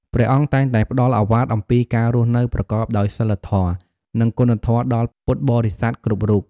ព្រះអង្គតែងតែផ្ដល់ឱវាទអំពីការរស់នៅប្រកបដោយសីលធម៌ និងគុណធម៌ដល់ពុទ្ធបរិស័ទគ្រប់រូប។